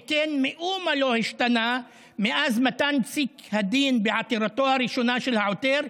שכן מאומה לא השתנה מאז מתן פסק הדין בעתירתו הראשונה של העותר.